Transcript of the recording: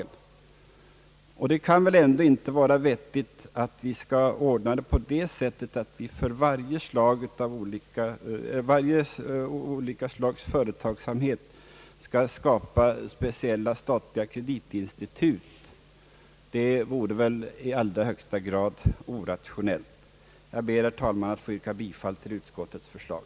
Det kan väl ändå inte vara vettigt att för varje slags företagsamhet skapa speciella statliga kreditinstitut. Det vore i allra högsta grad orationellt. Jag ber, herr talman, att få yrka bifall till utskottets förslag.